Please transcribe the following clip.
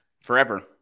forever